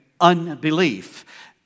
unbelief